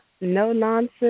no-nonsense